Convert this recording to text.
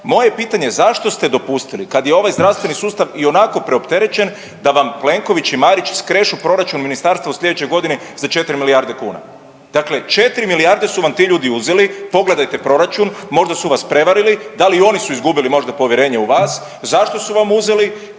je pitanje zašto ste dopustili kad je ovaj zdravstveni sustav ionako preopterećen da vam Plenković i Marić skrešu proračun ministarstva u slijedećoj godini za 4 milijarde kuna. Dakle, 4 milijarde su vam ti ljudi uzeli, pogledajte proračun, možda su vas prevarili, da li oni su izgubili možda povjerenje u vas, zašto su vam uzeli,